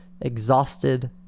Exhausted